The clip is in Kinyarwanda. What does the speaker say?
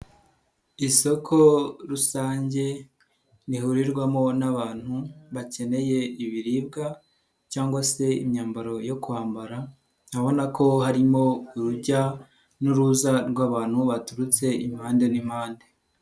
Isoko rusange rihurirwamo n'abantu bakeneye ibiribwa cyangwa se imyambaro yo kwambara, urabona ko harimo urujya n'uruza rw'abantu baturutse impande n'impande.